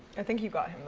i think you got